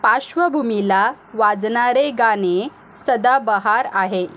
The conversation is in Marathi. पार्श्वभूमीला वाजणारे गाणे सदाबहार आहे